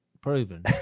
proven